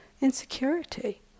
insecurity